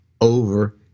over